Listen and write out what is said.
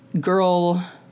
girl